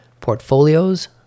portfolios